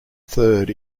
third